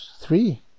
three